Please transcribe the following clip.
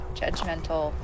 judgmental